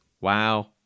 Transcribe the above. Wow